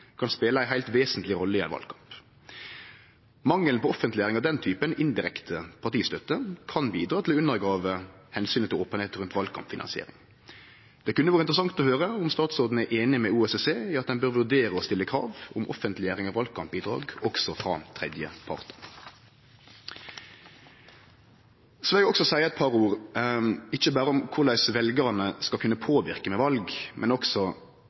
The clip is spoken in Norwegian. kan spele ei heilt vesentleg rolle i ein valkamp. Mangel på offentleggjering av den typen indirekte partistøtte kan bidra til å undergrave omsynet til openheit rundt valkampfinansiering. Det kunne vore interessant å høyre om statsråden er einig med OSSE i at ein bør vurdere å stille krav om offentleggjering av valkampbidrag også frå tredjepartar. Så vil eg seie eit par ord ikkje berre om korleis veljarane skal kunne påverke ved val, men også